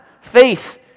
Faith